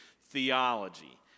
theology